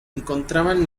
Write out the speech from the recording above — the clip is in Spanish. encontraban